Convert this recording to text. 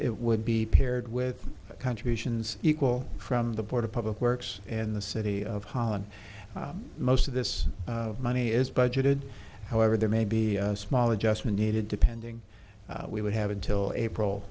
it would be paired with contributions equal from the board of public works in the city of holland most of this money is budgeted however there may be a small adjustment needed depending we would have until april